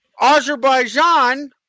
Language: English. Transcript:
Azerbaijan